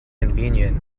convenient